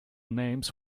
names